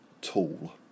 tool